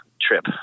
Trip